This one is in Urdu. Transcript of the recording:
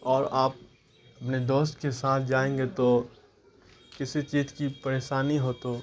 اور آپ اپنے دوست کے ساتھ جائیں گے تو کسی چیز کی پریشانی ہو تو